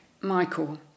Michael